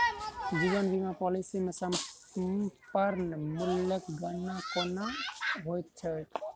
जीवन बीमा पॉलिसी मे समर्पण मूल्यक गणना केना होइत छैक?